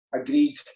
agreed